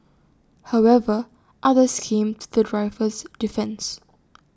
however others came to the driver's defence